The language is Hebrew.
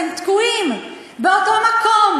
אתם תקועים באותו מקום,